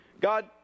God